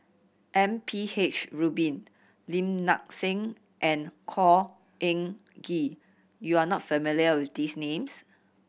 M P H Rubin Lim Nang Seng and Khor Ean Ghee you are not familiar with these names